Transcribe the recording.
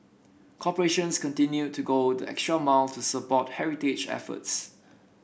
corporations continued to go the extra mile to support heritage efforts